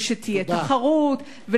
ושתהיה תחרות,